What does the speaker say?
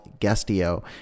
Guestio